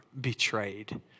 betrayed